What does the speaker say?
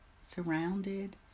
surrounded